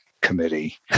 committee